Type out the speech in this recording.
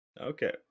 okay